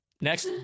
Next